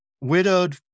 widowed